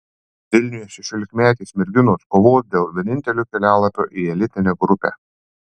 vilniuje šešiolikmetės merginos kovos dėl vienintelio kelialapio į elitinę grupę